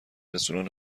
رستوران